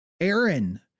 aaron